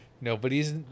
nobody's